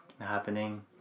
happening